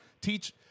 Teach